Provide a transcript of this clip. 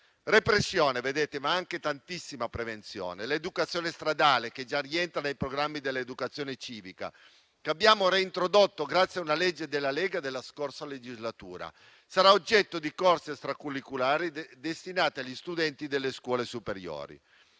Repressione, ma anche tantissima prevenzione: l'educazione stradale, che già rientra nei programmi dell'educazione civica, che abbiamo reintrodotto grazie a una legge della Lega della scorsa legislatura, sarà oggetto di corsi extracurriculari destinati agli studenti delle scuole superiori.